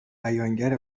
بیانگر